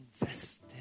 invested